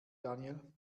daniel